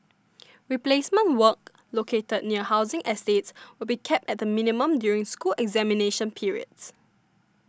replacement work located near housing estates will be kept at the minimum during school examination periods